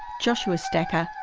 joshua stacher,